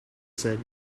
said